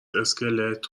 اسکلت